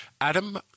adam